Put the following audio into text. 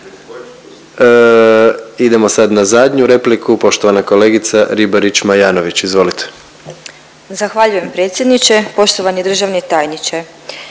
Idemo sad na zadnju repliku, poštovana kolegica Ribarić Majanović, izvolite. **Ribarić Majanović, Ivana (SDP)** Zahvaljujem predsjedniče. Poštovani državni tajniče.